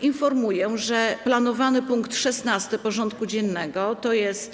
Informuję, że planowany punkt 16. porządku dziennego, tj.